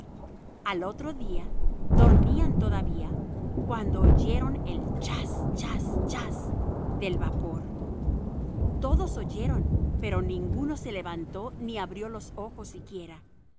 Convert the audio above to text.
al otro día dormían todavía cuando oyeron el chas chas chas del vapor todos oyeron pero ninguno se levantó ni abrió los ojos siquiera